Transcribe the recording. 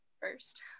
first